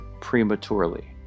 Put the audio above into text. prematurely